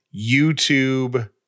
YouTube